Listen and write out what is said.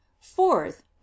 fourth